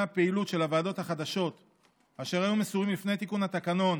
הפעילות של הוועדות החדשות אשר היו מסורים לפני תיקון התקנון